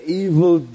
evil